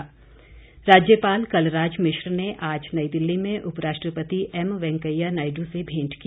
शिष्टाचार भेंट राज्यपाल कलराज मिश्र ने आज नई दिल्ली में उपराष्ट्रपति एमवैंकेया नायडू से भेंट की